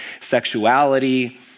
sexuality